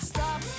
Stop